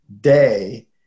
day